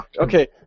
Okay